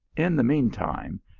in the mean time,